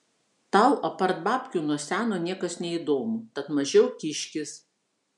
tau apart babkių nuo seno niekas neįdomu tad mažiau kiškis